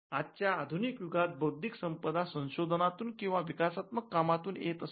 आजच्या आधुनिक युगात बौद्धिक संपदा संशोधनातून किंवा विकासात्मक कामातून येत असते